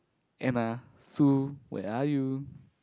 Anna Sue where are you